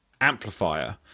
amplifier